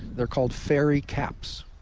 they're called fair caps.